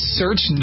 search